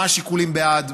מה השיקולים בעד?